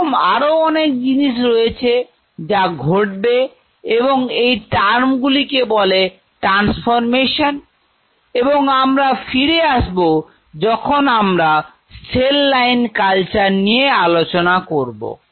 এরকম আরো অনেক জিনিস রয়েছে যা ঘটবে এবং এই টার্ম গুলিকে বলে ট্রান্সফরমেশন এবং আমরা ফিরে আসবো যখন আমরা সেল লাইন কালচার নিয়ে আলোচনা করব